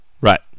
Right